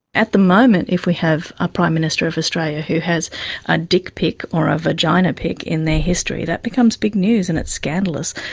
at the moment, if we have a prime minister of australia who has a dick pic, or a vagina pic in their history that becomes big news and it's scandalous.